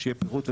שיהיה פירוט.